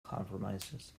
compromises